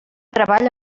treball